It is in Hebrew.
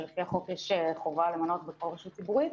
שלפי החוק יש חובה למנות בכל רשות ציבורית,